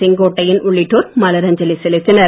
செங்கோட்டையன் உள்ளிட்டோர் மலர் அஞ்சலி செலுத்தினர்